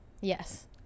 Yes